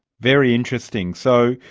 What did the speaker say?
very interesting. so,